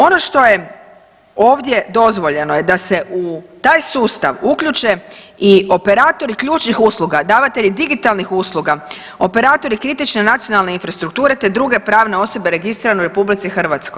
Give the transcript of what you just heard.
Ono što je ovdje dozvoljeno je da se u taj sustav uključe i operatori ključnih usluga, davatelji digitalnih usluga, operatori kritične nacionalne strukture te druge pravne osobe registrirane u RH.